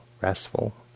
restful